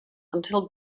until